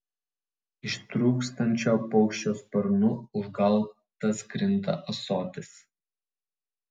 ištrūkstančio paukščio sparnu užgautas krinta ąsotis